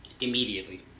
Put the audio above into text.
immediately